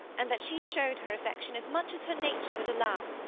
and that she showed her affection as much as her nature would allow.